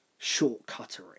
shortcuttery